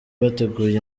bateguye